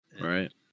Right